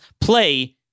play